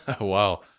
Wow